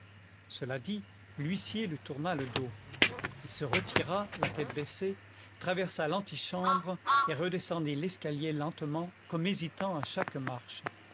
cela dit l'huissier lui tourna le dos il se retira la tête baissée traversa l'antichambre et redescendit l'escalier lentement comme hésitant à chaque marche